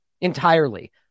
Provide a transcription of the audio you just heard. entirely